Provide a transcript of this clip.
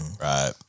Right